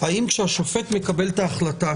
האם כשהשופט מקבל את ההחלטה